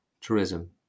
tourism